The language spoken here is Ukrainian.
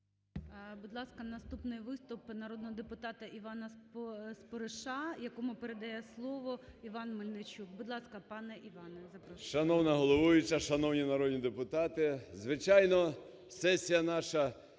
Будь ласка, наступний виступ вд народного депутата Івана Спориша, якому передає слово Іван Мельничук. Будь ласка, пане Іване, запрошую. 12:22:32 СПОРИШ І.Д. Шановна головуюча, шановні народні депутати, звичайно, сесія наша